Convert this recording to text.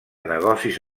negocis